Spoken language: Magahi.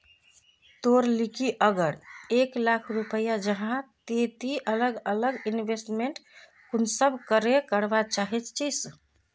तोर लिकी अगर एक लाख रुपया जाहा ते ती अलग अलग इन्वेस्टमेंट कुंसम करे करवा चाहचिस?